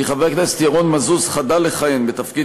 כי חבר הכנסת ירון מזוז חדל לכהן בתפקיד